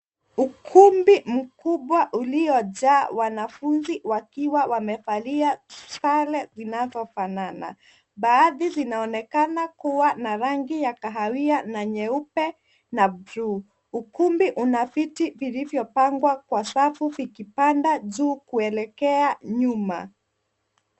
Ukumbi mkubwa uliojaa wanafunzi wakiwa wamevalia sare vinavyofanana. Baadhi zinaonekana kuwa na rangi ya kahawia, na nyeupe, na blue . Ukumbi una viti vilivyopangwa kwa safu vikipanda juu kuelekea nyuma.